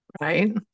right